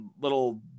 little